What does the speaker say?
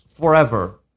Forever